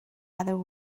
other